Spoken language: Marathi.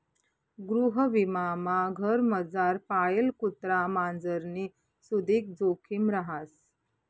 गृहविमामा घरमझार पाळेल कुत्रा मांजरनी सुदीक जोखिम रहास